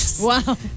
Wow